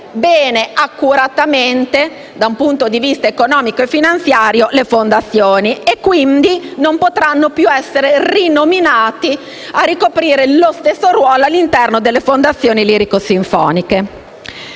bene e accuratamente da un punto di vista economico e finanziario le fondazioni e che quindi non potranno più essere rinominati per ricoprire lo stesso ruolo all'interno delle fondazioni lirico-sinfoniche.